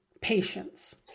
patience